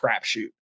crapshoot